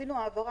עשינו העברה,